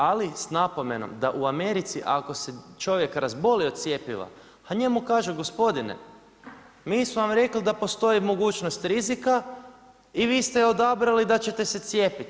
Ali s napomenom da u Americi ako se čovjek razboli od cjepiva, ha njemu kažu gospodine mi smo vam rekli da postoji mogućnost rizika i vi ste odabrali da ćete se cijepiti.